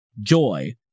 Joy